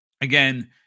again